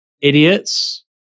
idiots